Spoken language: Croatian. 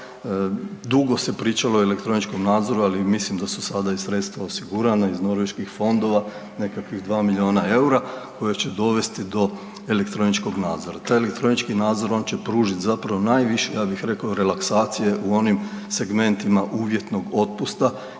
Dugo se pričalo o elektroničkom nadzoru, ali mislim da su sada i sredstva osigurana iz Norveških fondova nekakvih 2 miliona EUR-a koja će dovesti do elektroničkog nadzora. Taj elektronički nadzor on će pružiti zapravo najviše ja bih rekao relaksacije u onim segmentima uvjetnog otpusta